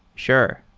sure.